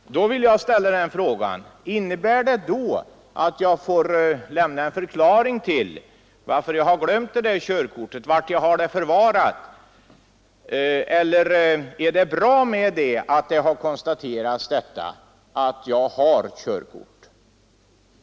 Och då vill jag ställa frågan: Innebär detta att jag i så fall får lämna en förklaring till varför jag har glömt körkortet och var jag har det förvarat, eller är det tillräckligt med att det konstateras att jag har körkort?